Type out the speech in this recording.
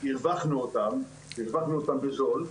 שהרווחנו אותם, הרווחנו אותם בזול.